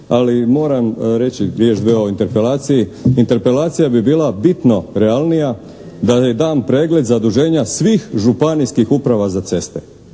ali moram reći riječ, dvije o interpelaciji. Interpelacija bi bila bitno realnija da je dan pregled zaduženja svih županijskih uprava za ceste.